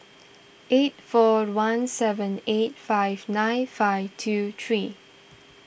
eight four one seven eight five nine five two three